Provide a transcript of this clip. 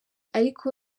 ariko